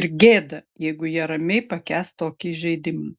ir gėda jeigu jie ramiai pakęs tokį įžeidimą